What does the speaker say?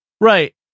Right